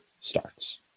starts